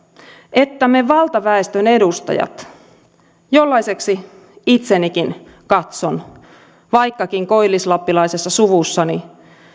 että me valtaväestön edustajat jollaiseksi itsenikin katson vaikkakin koillislappilaisessa suvussani